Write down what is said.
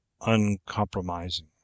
uncompromising